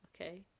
Okay